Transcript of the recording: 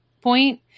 point